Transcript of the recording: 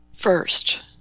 First